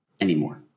anymore